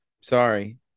Sorry